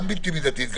גם בלתי מידתי.